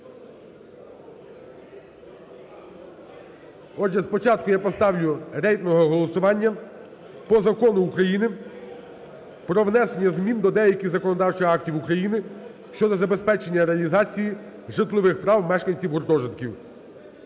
рішення. І я ставлю на голосування Закон України "Про внесення змін до деяких законодавчих актів України щодо забезпечення реалізації житлових прав мешканців гуртожитків"